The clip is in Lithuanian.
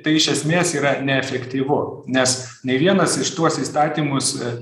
tai iš esmės yra neefektyvu nes nei vienas iš tuos įstatymus